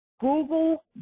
Google